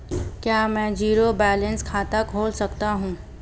क्या मैं zero balance खाता खोल सकता हूँ?